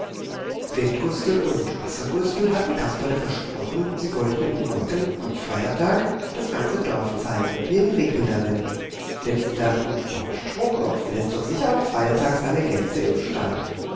windgustel und wassergustel hatten kasperle versprochen sie wollten ihm morgen am feiertag das ganze dorf zeigen jeden winkel darin denn sie dachten bauer strohkopf läßt doch sicher am feiertag seine gänse im stall